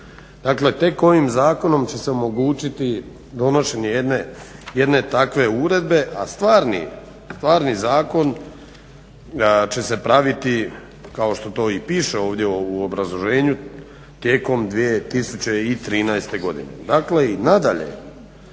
dakle tek ovim zakonom će se omogućiti donošenje jedne takve uredbe. A stvarni zakon će se praviti kao što to i piše ovdje u obrazloženju tijekom 2013.godine. Dakle i nadalje